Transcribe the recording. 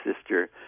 sister